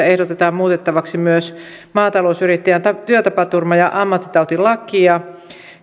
ehdotetaan muutettavaksi myös maatalousyrittäjän työtapaturma ja ammattitautilakia